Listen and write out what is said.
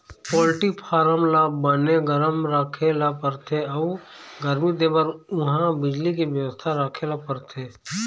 poultry farm ल बने गरम राखे ल परथे अउ गरमी देबर उहां बिजली के बेवस्था राखे ल परथे